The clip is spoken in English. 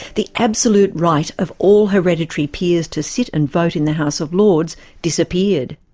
the absolute right of all hereditary peers to sit and vote in the house of lords disappeared.